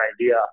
idea